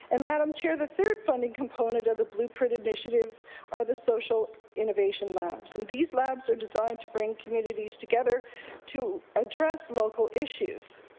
and madam chair, the third funding component of the blueprint initiative are the social innovation labs and these labs are designed to bring communities together to address local issues.